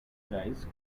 guys